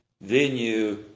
venue